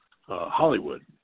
Hollywood